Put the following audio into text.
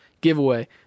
giveaway